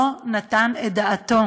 לא נתן את דעתו